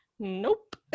Nope